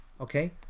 Okay